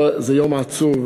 זה יום עצוב,